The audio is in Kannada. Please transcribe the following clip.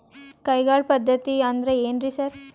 ಕೈಗಾಳ್ ಪದ್ಧತಿ ಅಂದ್ರ್ ಏನ್ರಿ ಸರ್?